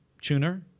tuner